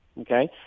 Okay